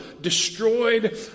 destroyed